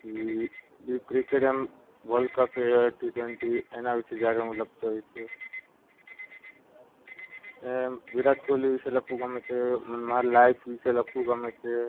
લઈ cricket world cup twenty twenty એના વિશે જ્યારે હું લખતો હોય છે એમ વિરાટ કોહલી વિશે લખવું ગમે છે એમાં મરી લાઈફ વિશે લખવું ગમે છે